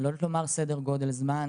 אני לא יודעת לומר פה את סדר הגודל של הזמן.